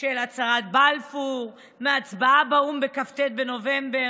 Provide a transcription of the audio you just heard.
של הצהרת בלפור וההצבעה באו"ם בכ"ט בנובמבר,